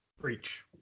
Preach